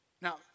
Now